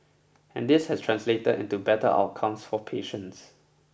and this has translated into better outcomes for patients